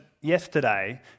yesterday